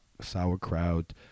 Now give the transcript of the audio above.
sauerkraut